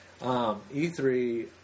E3